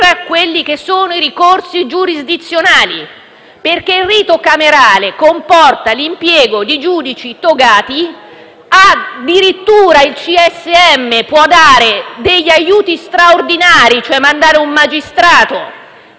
camerale per i ricorsi giurisdizionali, perché il rito camerale comporta l'impiego di giudici togati; addirittura il CSM può dare degli aiuti straordinari, cioè mandare un magistrato